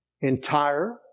entire